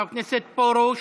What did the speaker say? חבר הכנסת פרוש.